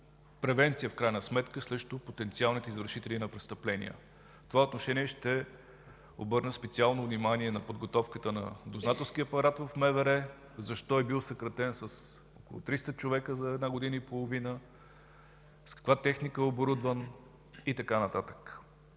превенция, в крайна сметка, срещу потенциалните извършители на престъпления. В това отношение ще обърна специално внимание на подготовката на дознателския апарат в МВР, защо е бил съкратен с около 300 човека за една година и половина, с каква техника е оборудван и така нататък.